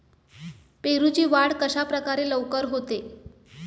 पेरूची वाढ कशाप्रकारे लवकर होते?